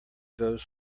goes